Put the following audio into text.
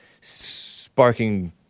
sparking